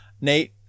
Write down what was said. Nate